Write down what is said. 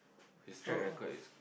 his track record is